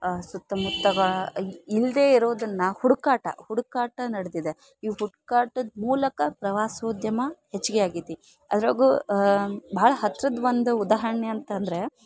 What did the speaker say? ಸುತ್ತಮುತ್ತಗ ಇಲ್ದೇ ಇರೋದನ್ನ ಹುಡುಕಾಟ ಹುಡುಕಾಟ ನಡ್ದಿದೆ ಈ ಹುಡ್ಕಾಟದ್ ಮೂಲಕ ಪ್ರವಾಸೋದ್ಯಮ ಹೆಚ್ಗೆ ಆಗಿದಿ ಅದ್ರಗು ಭಾಳ ಹತ್ರದ ಒಂದು ಉದಾಹರಣೆ ಅಂತಂದರೆ